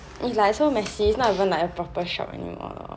it's like so messy it's not even like a proper shop anymore lor